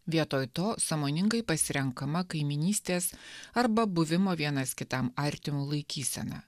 vietoj to sąmoningai pasirenkama kaimynystės arba buvimo vienas kitam artimu laikysena